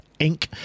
Inc